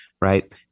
right